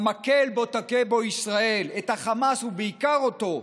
המקל שבו תכה ישראל את החמאס, ובעיקר אותו,